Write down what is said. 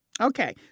Okay